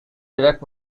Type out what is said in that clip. direct